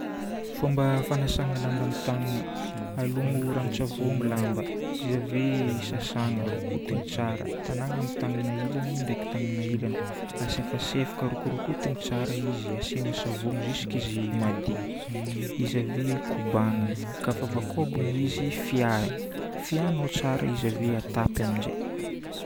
Fomba fagnasana lamba amin'ny tagnana: alomo ranon-tsavony lamba. Izy ave sasagna, rokotigna tsara. Tagnàna amin'ny tagnana ilany ndraiky tagnana ilany. Asefasefoka rokorokotigna tsara izy. Asiagna savony amin'izay izy jusque izy madio. Izy ave kobanina. Kafa voakombana izy fiahagna. Fiahagnao tsara ave atapy amin'izay.